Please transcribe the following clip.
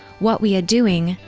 what we are doing,